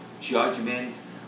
judgments